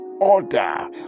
order